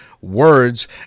words